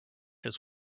his